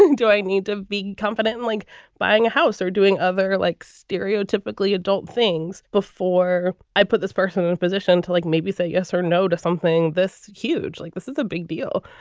do i need to be confident in, like buying a house or doing other like stereotypically adult things before i put this person in a position to like maybe say yes or no to something this huge like this is a big deal,